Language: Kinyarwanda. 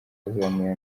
bazamuye